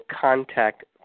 contact